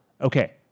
Okay